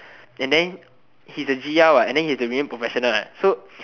and then he's a g_l what and then he has to remain professional what so